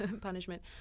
punishment